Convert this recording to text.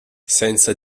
senza